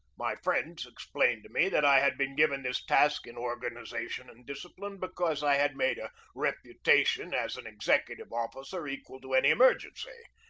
my friends explained to me that i had been given this task in organization and discipline because i had made a reputation as an executive officer equal to any emergency.